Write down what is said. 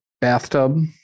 bathtub